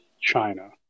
china